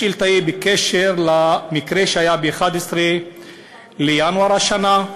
השאילתה היא בקשר למקרה שהיה ב-11 בינואר השנה: